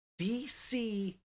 DC